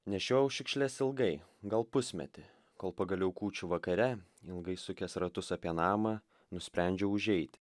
nešiau šiukšles ilgai gal pusmetį kol pagaliau kūčių vakare ilgai sukęs ratus apie namą nusprendžiau užeiti